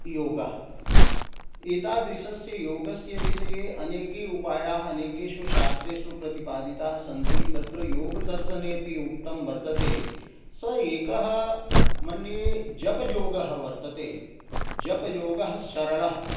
योगः एतादृशस्य योगस्य विषये अनेके उपायाः अनेकेषु शास्त्रेषु प्रतिपादिताः सन्ति तत्र योगदर्शनेऽपि उक्तं वर्तते स एकः मन्ये जपयोगः वर्तते जपयोगः सरलः